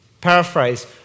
Paraphrase